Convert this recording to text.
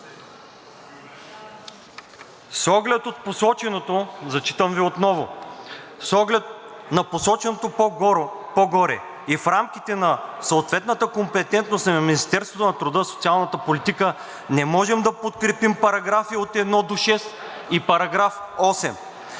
С оглед от посоченото, зачитам Ви отново: „С оглед на посоченото по-горе и в рамките на съответната компетентност е на Министерството на труда и социалната политика, не можем да подкрепим параграфи от 1 до 6 и § 8